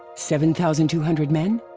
seven thousand two hundred men?